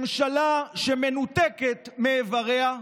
ממשלה שמנותקת מאיבריה,